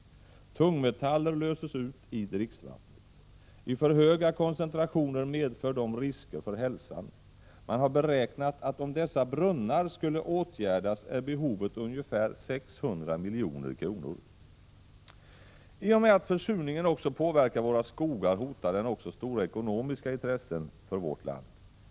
Tungmetaller löses ut i dricksvattnet. I för höga koncentrationer medför de risker för hälsan. Man har beräknat att om dessa brunnar skulle åtgärdas, är behovet ungefär 600 milj.kr. I och med att försurningen också påverkar våra skogar hotar den stora ekonomiska intressen för vårt land.